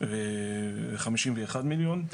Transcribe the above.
חמישים ואחת מיליון.